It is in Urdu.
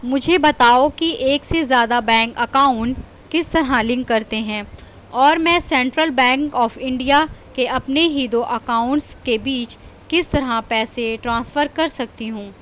مجھے بتاؤ کہ ایک سے زیادہ بینک اکاؤنٹ کس طرح لنک کرتے ہیں اور میں سینٹرل بینک آف انڈیا کے اپنے ہی دو اکاؤنٹس کے بیچ کس طرح پیسے ٹرانسفر کر سکتی ہوں